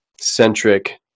centric